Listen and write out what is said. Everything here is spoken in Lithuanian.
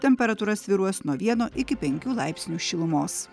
temperatūra svyruos nuo vieno iki penkių laipsnių šilumos